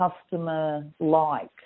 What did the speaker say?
customer-like